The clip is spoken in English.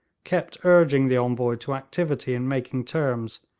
kept urging the envoy to activity in making terms,